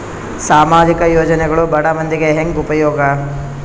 ಸಾಮಾಜಿಕ ಯೋಜನೆಗಳು ಬಡ ಮಂದಿಗೆ ಹೆಂಗ್ ಉಪಯೋಗ?